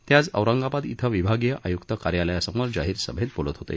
ते आज औरंगाबाद इथं विभागीय आयुक्त कार्यालयासमोर जाहीर सभेत बोलत होते